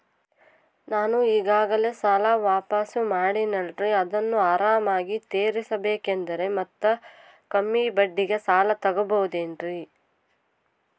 ನಾನು ಈಗಾಗಲೇ ಸಾಲ ವಾಪಾಸ್ಸು ಮಾಡಿನಲ್ರಿ ಅದನ್ನು ಆರಾಮಾಗಿ ತೇರಿಸಬೇಕಂದರೆ ಮತ್ತ ಕಮ್ಮಿ ಬಡ್ಡಿಗೆ ಸಾಲ ತಗೋಬಹುದೇನ್ರಿ?